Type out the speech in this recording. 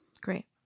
Great